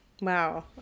Wow